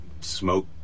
smoke